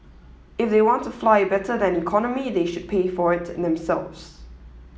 if they want to fly better than economy they should pay for it themselves